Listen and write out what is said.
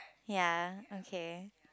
ya okay